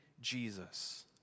Jesus